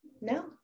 no